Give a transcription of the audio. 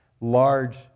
Large